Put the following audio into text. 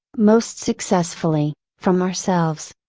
most successfully, from ourselves.